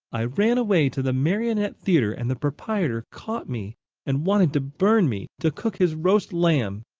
i ran away to the marionette theater and the proprietor caught me and wanted to burn me to cook his roast lamb!